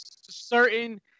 certain